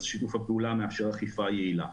שיתוף הפעולה מאפשר אכיפה יעילה.